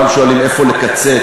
כולם שואלים: איפה לקצץ?